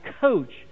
coach